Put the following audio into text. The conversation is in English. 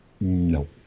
no